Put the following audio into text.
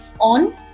on